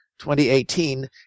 2018